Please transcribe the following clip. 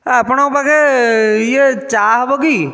ଆପଣଙ୍କ ପାଖରେ ଇଏ ଚା ହେବ କି